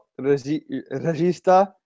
regista